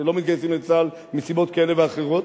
שלא מתגייסים לצה"ל מסיבות כאלה ואחרות?